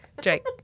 Jake